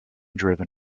driven